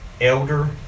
elder